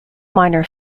minor